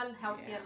healthier